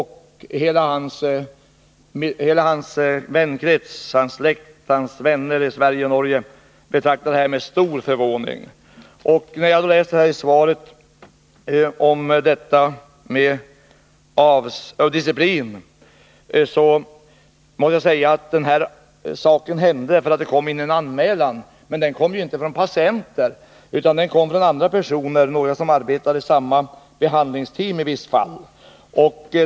Hela hans vänkrets och släkt i Sverige och Norge betraktar det hela med stor förvåning. Jag läste det som står i svaret om disciplin, och jag vill då påpeka att ärendet togs upp därför att det gjordes en anmälan. Men den kom inte från patienten utan från några andra personer, som i vissa fall arbetar i samma behandlingsteam som läkaren i fråga.